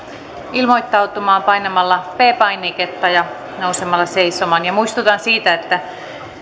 ilmoittautumaan painamalla p painiketta ja nousemalla seisomaan muistutan siitä että